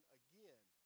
again